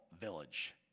Village